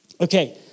Okay